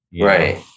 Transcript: right